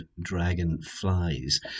Dragonflies